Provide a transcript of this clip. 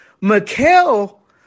Mikel